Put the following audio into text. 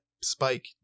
spike